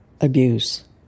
abuse